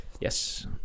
Yes